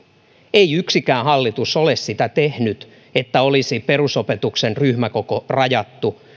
ei yksikään hallitus ole sitä tehnyt että olisi perusopetuksen ryhmäkoko rajattu